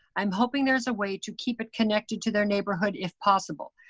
i'm hoping there's a way to keep it connected to their neighborhood if possible.